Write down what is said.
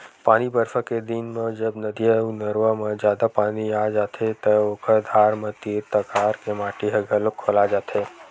पानी बरसा के दिन म जब नदिया अउ नरूवा म जादा पानी आ जाथे त ओखर धार म तीर तखार के माटी ह घलोक खोला जाथे